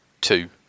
two